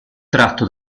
tratto